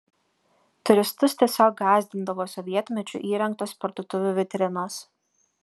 turistus tiesiog gąsdindavo sovietmečiu įrengtos parduotuvių vitrinos